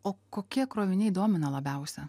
o kokie kroviniai domina labiausia